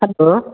hello